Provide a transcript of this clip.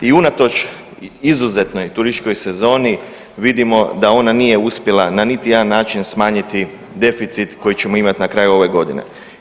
I unatoč izuzetnoj turističkoj sezoni vidimo da ona nije uspjela na niti jedan način smanjiti deficit koji ćemo imati na kraju ove godine.